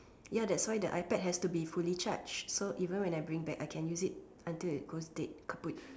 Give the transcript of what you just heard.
ya that's why the iPad has to be fully charged so even when I bring back I can use it until it goes dead kaput